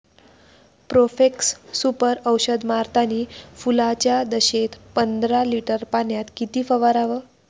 Profex Super औषध मारतानी फुलाच्या दशेत पंदरा लिटर पाण्यात किती फवाराव?